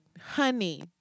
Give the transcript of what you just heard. honey